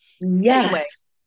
Yes